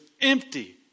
empty